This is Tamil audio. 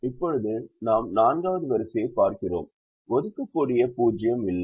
இப்போது நாம் நான்காவது வரிசையைப் பார்க்கிறோம் ஒதுக்கக்கூடிய 0 இல்லை